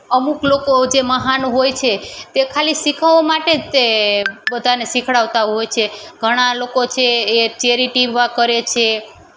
અમુક લોકો જે મહાન હોય છે તે ખાલી શીખવવા માટે જ તે પોતાને શીખવાડતા હોય છે ઘણાં લોકો છે એ ચેરિટિ વક કરે છે